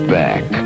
back